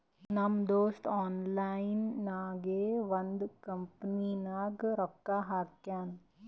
ನಮ್ ದೋಸ್ತ ಆನ್ಲೈನ್ ನಾಗೆ ಒಂದ್ ಕಂಪನಿನಾಗ್ ರೊಕ್ಕಾ ಹಾಕ್ಯಾನ್